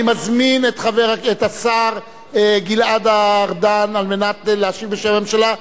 אני מזמין את השר גלעד ארדן על מנת להשיב בשם הממשלה.